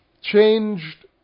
changed